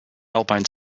alpine